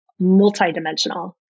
multidimensional